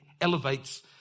elevates